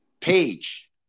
page